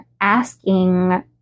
asking